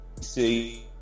See